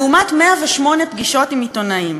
לעומת 108 פגישות עם עיתונאים.